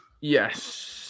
Yes